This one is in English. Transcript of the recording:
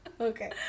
Okay